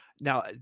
Now